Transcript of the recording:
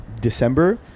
December